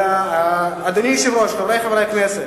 אדוני היושב-ראש, חברי חברי הכנסת,